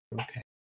Okay